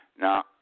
now